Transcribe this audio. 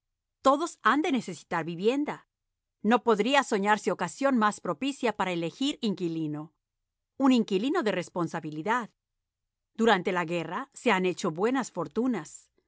todos han de necesitar vivienda no podría soñarse ocasión más propicia para elegir inquilino un inquilino de responsabilidad durante la guerra se han hecho buenas fortunas